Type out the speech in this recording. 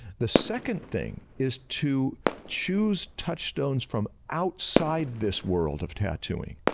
the second thing is to choose touchstones from outside this world of tattooing.